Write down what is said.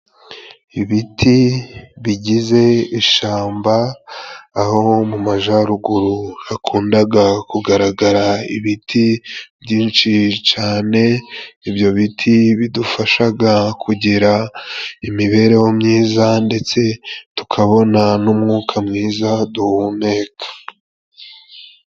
Ibiti bigize ishamba， aho mu majaruguru hakundaga kugaragara ibiti byinshi cane， ibyo biti bidufashaga kugira imibereho myiza， ndetse tukabona n'umwuka mwiza duhumeka.